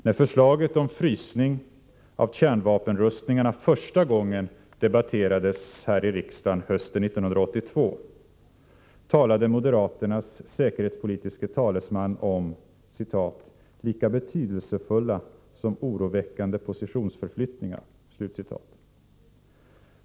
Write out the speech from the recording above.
När förslaget om frysning av kärnvapenrustningarna första gången debatterades här i riksdagen hösten 1982 talade moderaternas säkerhetspolitiske talesman om ”lika betydelsefulla som oroväckande positionsförflyttningar”.